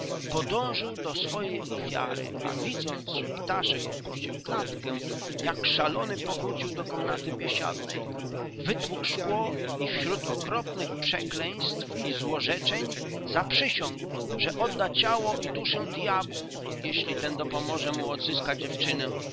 podążył do swojej ofiary a widząc że ptaszek opuścił klatkę jak szalony powrócił do komnaty biesiadnej wytłukł szkło i wśród okropnych przekleństw i złorzeczeń zaprzysiągł że odda ciało i duszę dyabłu jeśli ten dopomoże mu odzyskać dziewczynę